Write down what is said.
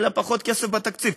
יהיה לה פחות כסף בתקציב.